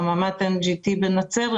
חממת NGT בנצרת,